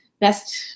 best